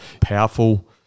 powerful